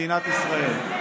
למדינת ישראל.